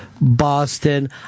Boston